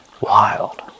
Wild